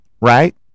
right